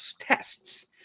tests